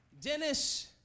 Dennis